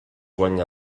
guanya